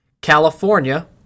California